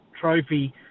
trophy